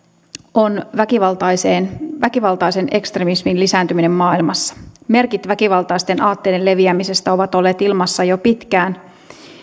on väkivaltaisen väkivaltaisen ekstremismin lisääntyminen maailmassa merkit väkivaltaisten aatteiden leviämisestä ovat olleet ilmassa jo pitkään